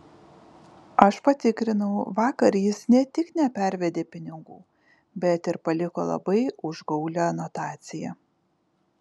aš patikrinau vakar jis ne tik nepervedė pinigų bet ir paliko labai užgaulią notaciją